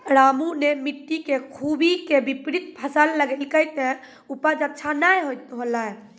रामू नॅ मिट्टी के खूबी के विपरीत फसल लगैलकै त उपज अच्छा नाय होलै